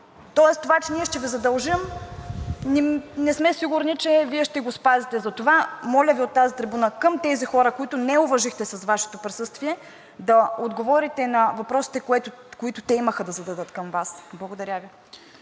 Тоест, това, че ние ще Ви задължим, не сме сигурни, че Вие ще го спазите. Затова моля Ви от тази трибуна, към тези хора, които не уважихте с Вашето присъствие, да отговорите на въпросите, които те имаха да зададат към Вас. Благодаря Ви.